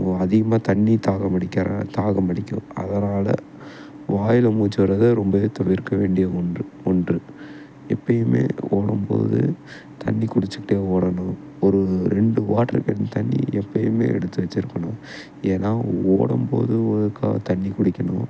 அதிகமாக தண்ணி தாகம் அடிக்கிற தாகம் அடிக்கும் அதனால் வாயில் மூச்சிவிட்றதே ரொம்பவே தவிர்க்க வேண்டிய ஒன்று ஒன்று எப்போயுமே ஓடும்போது தண்ணி குடிச்சிக்கிட்டே ஓடணும் ஒரு ரெண்டு வாட்டரு கேன் தண்ணி எப்போயுமே எடுத்து வச்சுருக்கணும் ஏன்னா ஓடும் போது ஒருக்கா தண்ணி குடிக்கணும்